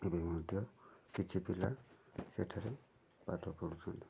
ଏବେ ମଧ୍ୟ କିଛି ପିଲା ସେଠାରେ ପାଠ ପଢ଼ୁଛନ୍ତି